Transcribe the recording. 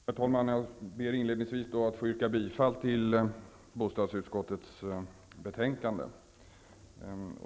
Herr talman! Jag ber inledningsvis att få yrka bifall till bostadsutskottets hemställan.